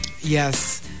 Yes